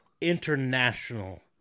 International